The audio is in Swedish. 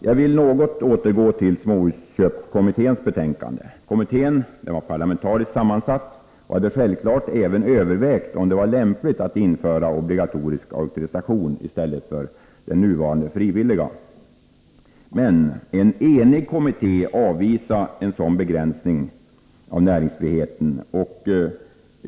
Jag vill något återgå till småhusköpskommitténs betänkande. Kommittén, som var parlamentariskt sammansatt, har självfallet även övervägt om det var lämpligt att införa obligatorisk auktorisation i stället för det nuvarande frivilliga systemet. Men en enig kommitté avvisade en sådan begränsning av näringsfriheten.